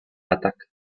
attacked